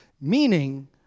meaning